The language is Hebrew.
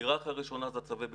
היררכיה ראשונה זה צווי הבטיחות,